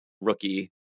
rookie